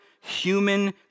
human